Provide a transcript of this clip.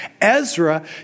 Ezra